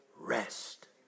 rest